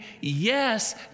yes